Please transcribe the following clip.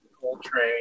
Coltrane